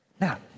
Now